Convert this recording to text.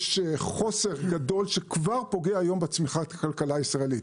יש חוסר גדול שכבר פוגע היום בצמיחת הכלכלה הישראלית.